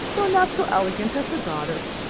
though not so elegant as her daughter.